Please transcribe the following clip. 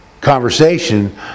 conversation